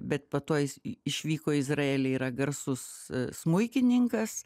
bet po to jis išvyko į izraelį yra garsus smuikininkas